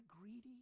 greedy